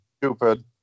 stupid